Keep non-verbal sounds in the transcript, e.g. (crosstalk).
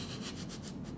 (laughs)